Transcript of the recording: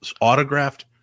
autographed